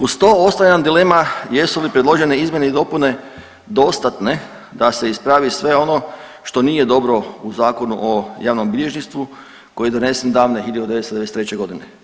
Uz to ostaje nam dilema jesu li predložene izmjene i dopune dostatne da se ispravi sve ono što nije dobro u Zakonu o javnom bilježništvu koji je donesen davne 1993. godine.